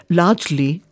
largely